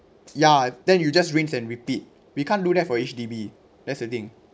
ya then you just rinse and repeat we can't do that for H_D_B that's the thing